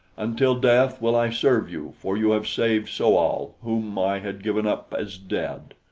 until death will i serve you, for you have saved so-al, whom i had given up as dead.